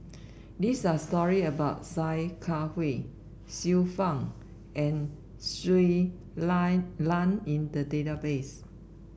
these are story about Sia Kah Hui Xiu Fang and Shui Lan in the database